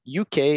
UK